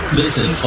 listen